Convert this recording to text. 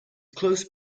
close